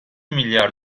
milyar